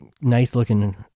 nice-looking